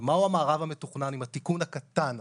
ומהו המארב המתוכנן עם התיקון הקטן הזה?